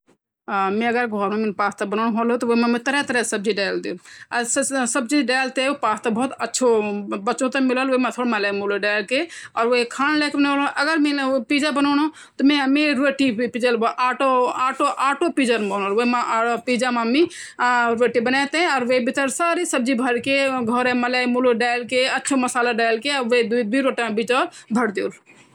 मधुमखियो से हमे यनु शिक्षा मिलेली की वो पर्यावरण माँ रह के सब ते मिथु मिथु सेहत तह लेंडी ची सब फूल ते पतों में से पर वो हुमते ये भी सिखांदी की एकता माँ रयू चेंडू एकता मा बहुत ज्यादा बल चंद |